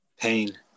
pain